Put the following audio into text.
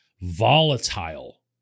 volatile